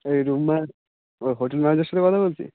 এই রুমের ও হোটেল ম্যানেজারের সাথে কথা বলছি